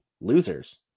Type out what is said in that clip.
losers